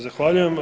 Zahvaljujem.